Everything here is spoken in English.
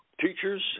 teachers